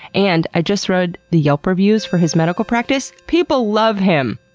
and i just read the yelp reviews for his medical practice. people love him!